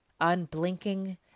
unblinking